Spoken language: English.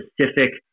specific